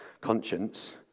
conscience